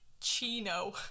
chino